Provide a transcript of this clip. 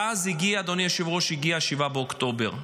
ואז, אדוני היושב-ראש, הגיע 7 באוקטובר,